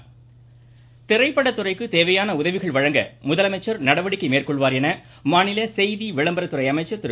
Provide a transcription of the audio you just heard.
கடம்பூர் ராஜீ திரைப்பட துறைக்கு தேவையான உதவிகள் வழங்க முதலமைச்சர் நடவடிக்கை மேற்கொள்வார் என மாநில செய்தி விளம்பரத்துறை அமைச்சர் திரு